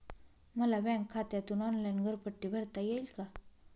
मला बँक खात्यातून ऑनलाइन घरपट्टी भरता येईल का?